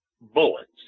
bullets